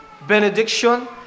benediction